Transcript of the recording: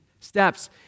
steps